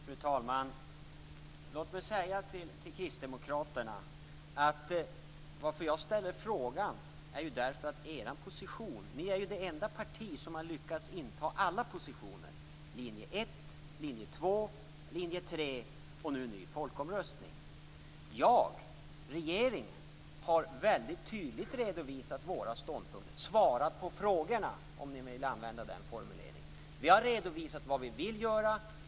Fru talman! Låt mig säga till kristdemokraterna att jag ställer frågan därför att ni är det enda parti som har lyckats inta alla positioner: linje 1, linje 2, linje 3 och nu ny folkomröstning. Jag, regeringen, har väldigt tydligt redovisat regeringens ståndpunkter. Vi har svarat på frågorna, om ni vill använda den formuleringen. Vi har redovisat vad vi vill göra.